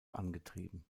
angetrieben